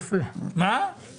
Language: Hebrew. למה זה לא כתוב?